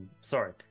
sorry